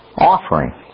offering